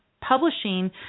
publishing